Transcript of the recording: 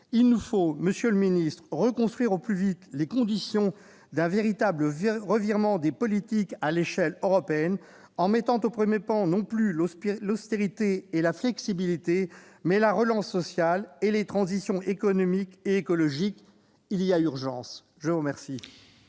il nous faut recréer au plus vite les conditions d'un véritable revirement des politiques à l'échelle européenne, en mettant au premier plan non plus l'austérité et la flexibilité, mais la relance sociale et les transitions économiques et écologiques. Il y a urgence ! La parole